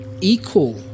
equal